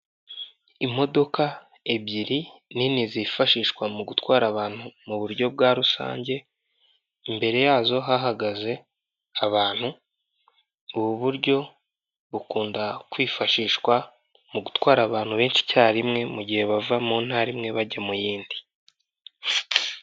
Imodoka ebyiri nini zifashishwa mu gutwara abantu mu buryo bwa rusange, imbere yazo hahagaze abantu, ubu buryo bukunda kwifashishwa mu gutwara abantu benshi icyarimwe mu gihe bava mu ntara imwe bajya mu yindi.